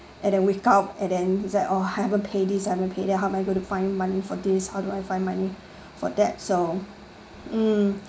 and then wake up and then is like oh I haven't pay this I haven't pay that how am I going to find money for this how do I find money for that so mm